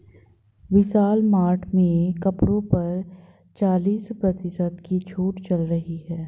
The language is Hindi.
विशाल मार्ट में कपड़ों पर चालीस प्रतिशत की छूट चल रही है